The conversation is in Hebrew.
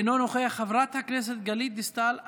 אינו נוכח, חברת הכנסת גלית דיסטל אטבריאן,